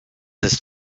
ist